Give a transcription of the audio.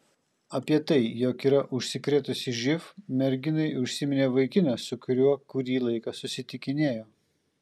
apie tai jog yra užsikrėtusi živ merginai užsiminė vaikinas su kuriuo kurį laiką susitikinėjo